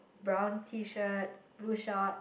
brown T shirt blue short